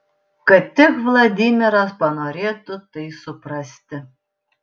kad tik vladimiras panorėtų tai suprasti